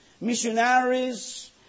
Missionaries